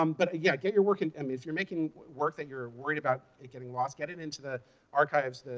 um but yeah get your work in i mean, if you're making work that you're worried about it getting lost, get it into the archives,